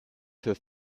für